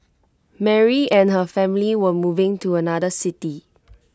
Mary and her family were moving to another city